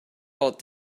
old